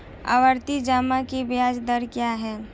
आवर्ती जमा की ब्याज दर क्या है?